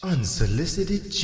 Unsolicited